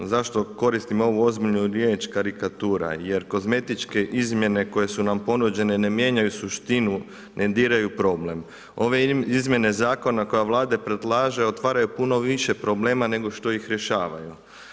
Zašto koristim ovu ozbiljnu riječ karikatura jer kozmetičke izmjene koje su nam ponuđene ne mijenjaju suštinu, ne diraju problem. ove izmjene zakona koje Vlada predlaže otvaraju puno više problema nego što ih rješavaju.